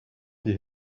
die